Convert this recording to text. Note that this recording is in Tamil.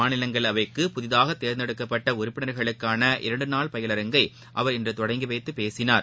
மாநிலங்களவைக்கு புதிதாக தேர்ந்தெடுக்கப்பட்ட உறப்பினர்களுக்கான இரண்டு நாள் பயிலரங்கை அவர் தொடங்கி வைத்து பேசினார்